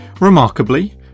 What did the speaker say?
Remarkably